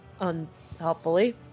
unhelpfully